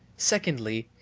secondly,